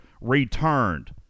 returned